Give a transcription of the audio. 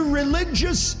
religious